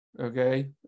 okay